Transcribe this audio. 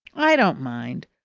i don't mind.